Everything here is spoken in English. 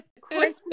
Christmas